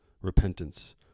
repentance